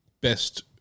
best